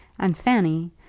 and fanny,